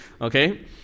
okay